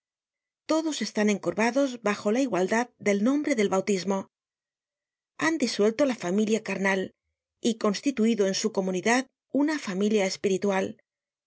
todos están encorvados bajo la igualdad del nombre de bautismo han disuelto la familia carnal y constituido en su comunidad una familia espiritual